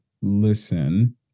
listen